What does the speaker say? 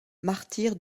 martyr